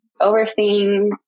overseeing